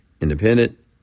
independent